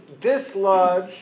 dislodge